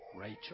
Rachel